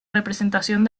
representación